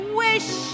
wish